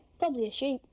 probably a sheep.